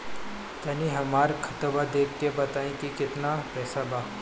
तनी हमर खतबा देख के बता दी की केतना पैसा बा?